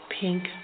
pink